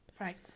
Right